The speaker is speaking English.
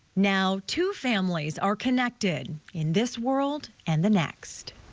now two families are connected in this world and the next.